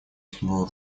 чтобы